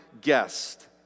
guest